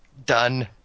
done